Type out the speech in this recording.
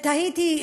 ותהיתי,